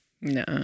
No